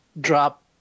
drop